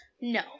no